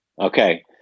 Okay